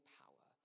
power